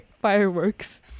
fireworks